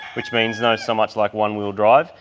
which means not so much like one wheel drive,